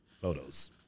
photos